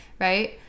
right